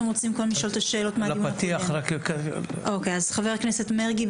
חבר הכנסת מרגי,